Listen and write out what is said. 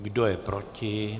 Kdo je proti?